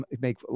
make